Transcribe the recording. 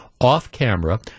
off-camera